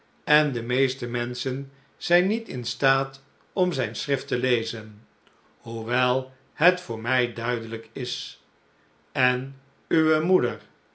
en de meeste menschen zijn niet in staat om zijn schrift te lezen hoewel het voor mij duidelijk is en uwe moeder